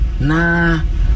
Nah